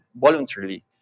voluntarily